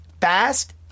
fast